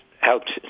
helped